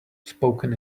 spoken